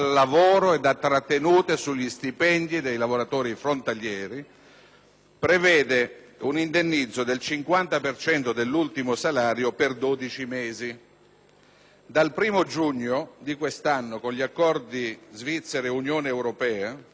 prevede un indennizzo del 50 per cento dell'ultimo salario per 12 mesi. Dal 1° giugno di quest'anno, con gli accordi tra la Svizzera e l'Unione europea, la Svizzera verserà ai lavoratori frontalieri disoccupati